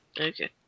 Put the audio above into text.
Okay